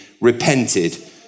repented